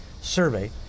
Survey